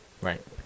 right